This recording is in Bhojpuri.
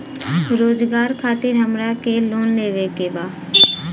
रोजगार खातीर हमरा के लोन लेवे के बा?